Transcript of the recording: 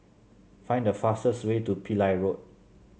find the fastest way to Pillai Road